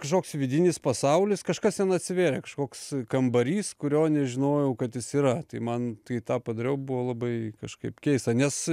kažkoks vidinis pasaulis kažkas ten atsivėrė kažkoks kambarys kurio nežinojau kad jis yra tai man tai tą padariau buvo labai kažkaip keista nes